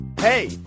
Hey